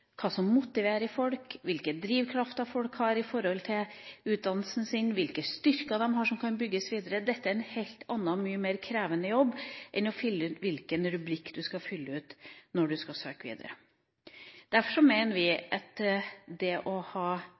hva som motiverer folk, hvilken drivkraft folk har i forhold til utdannelsen sin, og hvilken styrke de har som det kan bygges videre på. Dette er en helt annen og mye mer krevende jobb enn å finne ut hvilken rubrikk man skal fylle ut når man skal søke videre. Derfor mener vi at det å ha